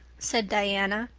said diana.